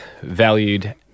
valued